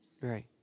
Right